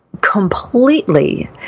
completely